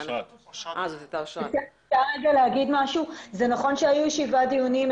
זה נכון שהיו שבעה דיונים.